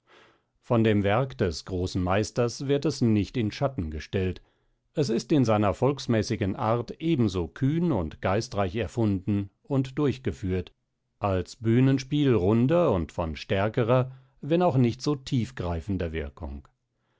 von dem werk des großen meisters wird es nicht in schatten gestellt es ist in seiner volksmäßigen art ebenso kühn und geistreich erfunden und durchgeführt als bühnenspiel runder und von stärkerer wenn auch nicht so tiefgreifender wirkung